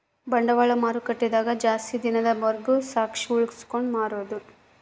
ಬಂಡವಾಳ ಮಾರುಕಟ್ಟೆ ದಾಗ ಜಾಸ್ತಿ ದಿನದ ವರ್ಗು ಸ್ಟಾಕ್ಷ್ ಉಳ್ಸ್ಕೊಂಡ್ ಮಾರೊದು